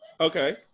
okay